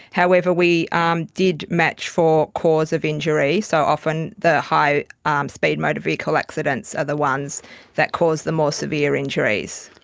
however we um did match for cause of injury. so, often the um high-speed motor vehicle accidents are the ones that cause the more severe injuries.